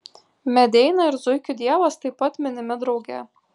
medeina ir zuikių dievas taip pat minimi drauge